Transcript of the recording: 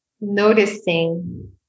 noticing